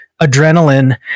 adrenaline